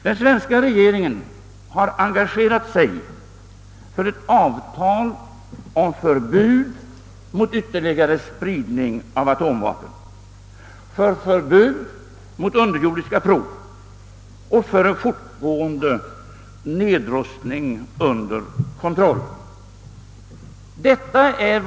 Den svenska regeringen har engagerat sig för ett avtal om förbud mot ytterligare spridning av atomvapen, för förbud mot underjordiska prov och för en fortgående nedrustning under kontroll.